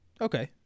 okay